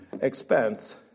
expense